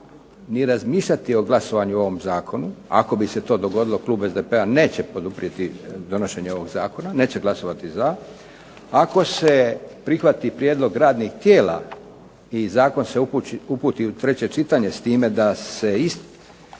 ni razmišljati o glasovanju o ovom zakonu. Ako bi se to dogodilo klub SDP-a neće poduprijeti donošenje ovog zakona, neće glasovati za. Ako se prihvati prijedlog radnih tijela i zakon se uputi u treće čitanje s time da se u